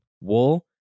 Wool